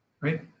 right